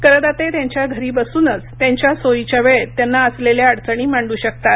करदाते त्यांच्या घरी बसूनच त्यांच्या सोयीच्या वेळेत त्यांना असलेल्या अडचणी मांडू शकतात